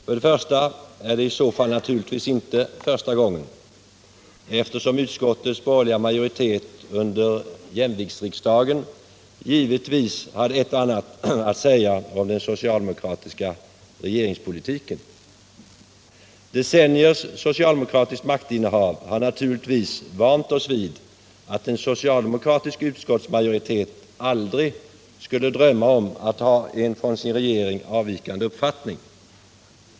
För det första är det i så fall naturligtvis inte första gången, eftersom utskottets borgerliga majoritet under jämviktsriksdagens tid givetvis hade ett och annat att säga om den socialdemokratiska regeringspolitiken. Decenniers socialdemokratiskt maktinnehav har naturligtvis vant oss vid att en socialdemokratisk utskottsmajoritet aldrig skulle drömma om att ha en från sin regering avvikande uppfattning.